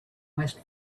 west